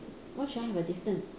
why should I have a distance